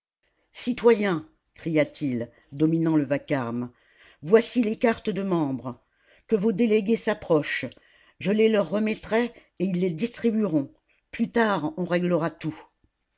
citoyens cria-t-il dominant le vacarme voici les cartes de membres que vos délégués s'approchent je les leur remettrai et ils les distribueront plus tard on réglera tout